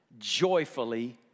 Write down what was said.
joyfully